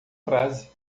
frase